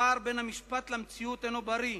הפער בין המשפט למציאות אינו בריא,